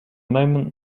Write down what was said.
moment